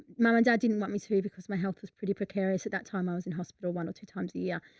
mum and dad didn't want me to because my health was pretty precarious at that time. i was in hospital one or two times a year,